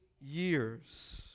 years